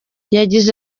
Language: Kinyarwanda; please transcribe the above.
yagize